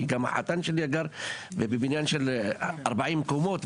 כי גם החתן שלי גר בבניין של 40 קומות,